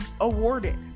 awarded